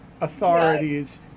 authorities